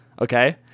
Okay